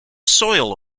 soil